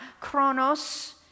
chronos